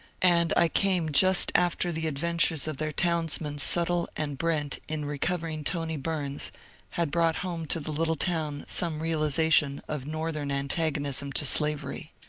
and i came just after the adventures of their townsmen sut tle and brent in recovering tony bumd had brought home to the little town some realization of northern antagonism to slavery.